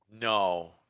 no